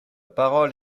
parole